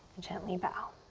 gently bow.